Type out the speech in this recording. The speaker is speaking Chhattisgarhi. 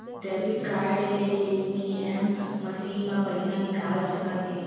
डेबिट कारड ले ए.टी.एम मसीन म पइसा निकाल सकत हे